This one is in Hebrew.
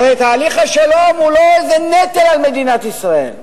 הרי תהליך השלום הוא לא איזה נטל על מדינת ישראל,